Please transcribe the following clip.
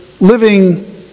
living